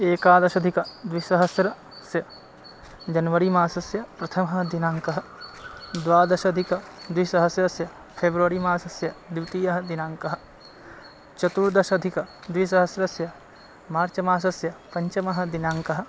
एकादशाधिकद्विसहस्रस्य जनवरिमासस्य प्रथमः दिनाङ्कः द्वादशाधिकद्विसहस्रस्य फ़ेब्रवरिमासस्य द्वितीयः दिनाङ्कः चतुर्दशाधिकद्विसहस्रस्य मार्चमासस्य पञ्चमः दिनाङ्कः